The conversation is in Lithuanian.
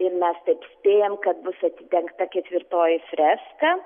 ir mes tik spėjam kad bus atidengta ketvirtoji freska